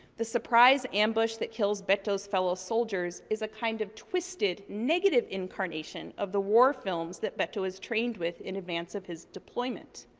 the surprise ambush that kills beto's fellow soldiers is a kind of twisted, negative incarnation of the war films that beto is trained with in advance of his deployment.